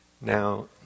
Now